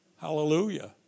Hallelujah